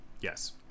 Yes